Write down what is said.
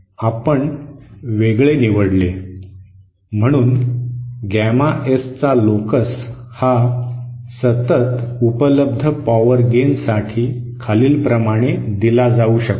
आपण वेगळं निवडलं म्हणून गॅमा एस चा लोकस हा सतत उपलब्ध पॉवर गेनसाठी खालील प्रमाणे दिला जाऊ शकतो